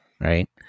right